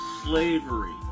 slavery